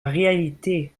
réalité